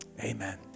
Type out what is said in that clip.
Amen